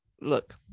Look